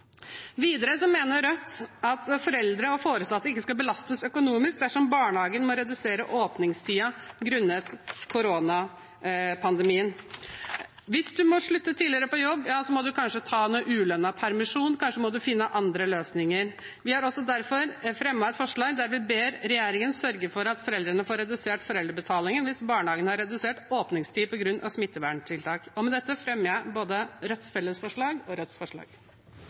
Videre mener Rødt at foreldre og foresatte ikke skal belastes økonomisk dersom barnehagen må redusere åpningstiden grunnet koronapandemien. Hvis man må slutte tidligere på jobb, må man kanskje ta ulønnet permisjon, kanskje må man finne andre løsninger. Vi har derfor også fremmet et forslag om at «Stortinget ber regjeringen sørge for at foreldre får redusert foreldrebetaling hvis barnehagen har redusert åpningstid på grunn av smitteverntiltak.» Med dette tar jeg opp både